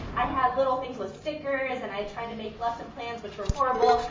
i had little things with stickers and i tried to make lesson plans, which were horrible.